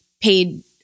paid